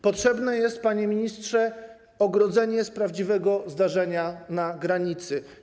Potrzebne jest, panie ministrze, ogrodzenie z prawdziwego zdarzenia na granicy.